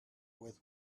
with